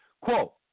Quote